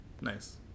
Nice